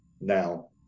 now